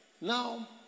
Now